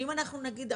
שאם נגיד,